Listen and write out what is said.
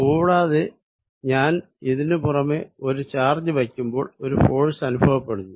കൂടാതെ ഞാൻ ഇതിനു പുറമെ ഒരു ചാർജ് വയ്ക്കുമ്പോൾ ഒരു ഫോഴ്സ് അനുഭവപ്പെടുന്നു